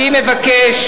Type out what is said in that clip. מבקש